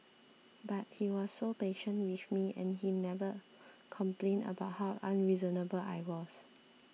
but he was so patient with me and he never complained about how unreasonable I was